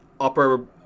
upper